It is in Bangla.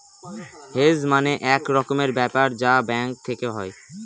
হেজ মানে এক রকমের ব্যাপার যা ব্যাঙ্ক থেকে হয়